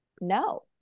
No